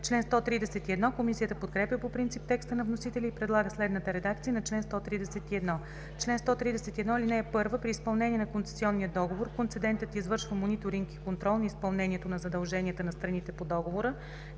състояние.“ Комисията подкрепя по принцип текста на вносителя и предлага следната редакция на чл. 131: „Чл. 131. (1) При изпълнение на концесионния договор концедентът извършва мониторинг и контрол на изпълнението на задълженията на страните по договора,